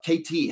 KT